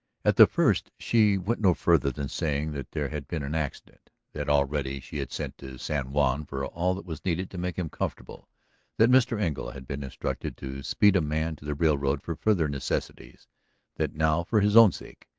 at the first she went no further than saying that there had been an accident that already she had sent to san juan for all that was needed to make him comfortable that mr. engle had been instructed to speed a man to the railroad for further necessities that now for his own sake,